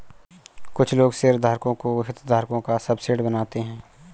कुछ लोग शेयरधारकों को हितधारकों का सबसेट मानते हैं